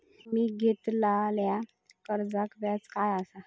मी घेतलाल्या कर्जाचा व्याज काय आसा?